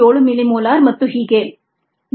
7 millimolar ಮತ್ತು ಹೀಗೆ